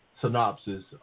synopsis